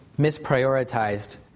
misprioritized